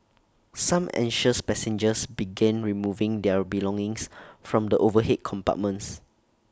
some anxious passengers began removing their belongings from the overhead compartments